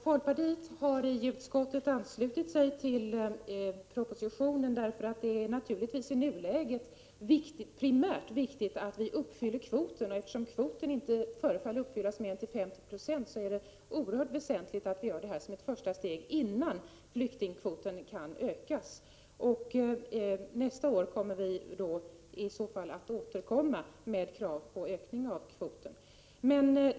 Fru talman! Folkpartiet i utskottet har anslutit sig till propositionen därför att det naturligtvis i nuläget är primärt viktigt att uppfylla kvoten. Eftersom kvoten inte förefaller kunna uppfyllas till mer än 50 90, är det oerhört väsentligt att vi gör detta som ett första steg innan flyktingkvoten kan ökas. Nästa år kommer vi i så fall att återkomma med krav på en ökning av kvoten.